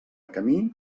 camí